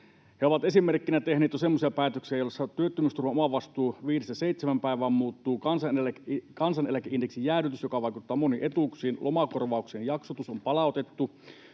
He ovat esimerkkinä tehneet jo semmoisia päätöksiä, joilla työttömyysturvan omavastuu muuttuu viidestä seitsemään päivään, on kansaneläkeindeksin jäädytys, joka vaikuttaa moniin etuuksiin, lomakorvauksen jaksotus on palautettu,